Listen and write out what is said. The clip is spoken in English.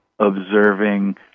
observing